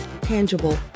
tangible